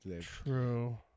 True